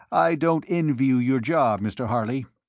i don't envy you your job, mr. harley.